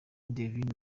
divine